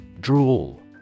Drool